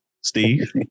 Steve